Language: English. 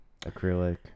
acrylic